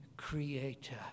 creator